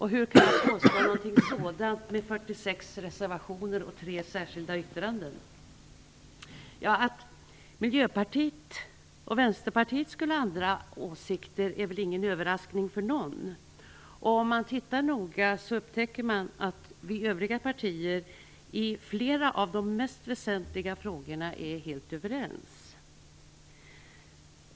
Hur kan jag då påstå något sådant, när det finns 46 reservationer och tre särskilda yttranden? Att Miljöpartiet och Vänsterpartiet har andra åsikter är väl ingen överraskning för någon. Tittar man noga upptäcker man att övriga partier är helt överens i flera av de mest väsentliga frågorna.